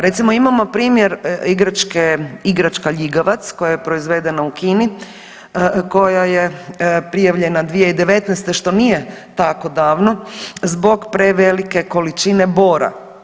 Recimo imamo primjer igračka ljigavac koja je proizvedena u Kini, koja je prijavljena 2019. što nije tako davno zbog prevelike količine bora.